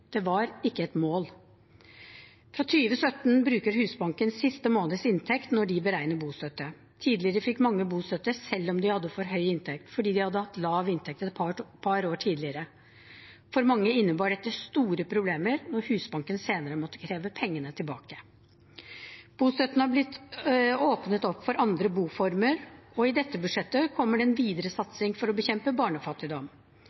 det var ikke et mål. Fra 2017 bruker Husbanken siste måneds inntekt når de beregner bostøtte. Tidligere fikk mange bostøtte selv om de hadde for høy inntekt fordi de hadde hatt lav inntekt et par år tidligere. For mange innebar dette store problemer når Husbanken senere måtte kreve pengene tilbake. Bostøtten har blitt åpnet opp for andre boformer, og i dette budsjettet kommer det en videre